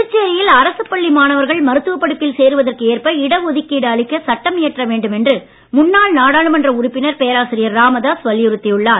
புதுச்சேரியில் அரசுப் பள்ளி மாணவர்கள் மருத்துவப் படிப்பில் சேருவதற்கு எற்ப இட டுதுக்கீடு அளிக்க சட்டம் இயற்ற வேண்டும் என்று முன்னாள் நாடாளுமன்ற உறுப்பினர் பேராசிரியர் ராமதாஸ் வலியுறுத்தியுள்ளார்